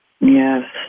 Yes